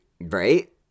Right